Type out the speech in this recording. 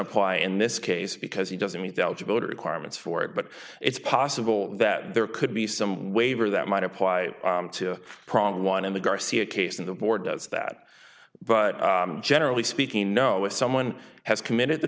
apply in this case because he doesn't mean they'll go to requirements for it but it's possible that there could be some waiver that might apply to prong one in the garcia case and the board does that but generally speaking no if someone has committed the